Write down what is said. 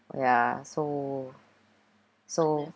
ya so so